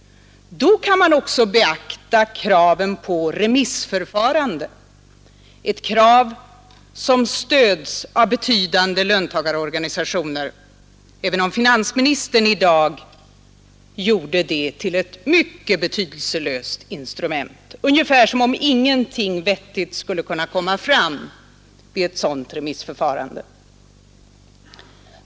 Då kan man också beakta kraven på remissförfarande, krav som stöds av betydande löntagarorganisationer — även om finans ministern i dag gjorde remissförfarandet till ett mycket betydelselös instrument, ungefär som om ingenting vettigt skulle kunna komma fram genom att andra människor blir delaktiga i arbetet.